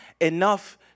enough